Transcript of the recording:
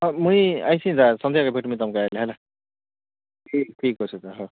ଦା ମୁଇଁ ଆଇସି ଦା ସନ୍ଧ୍ୟାକେ ଭେଟମି ତମକେ ଆଏଲେ ହେଲା ଠିକ୍ ଅଛେ ଦା ହଉ